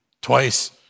twice